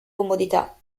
comodità